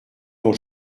dont